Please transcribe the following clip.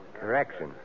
Correction